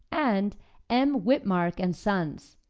and m. witmark and sons,